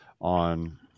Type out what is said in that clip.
on